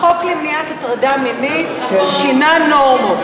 החוק למניעת הטרדה מינית שינה נורמות.